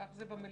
כך זה במליאה.